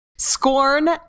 Scorn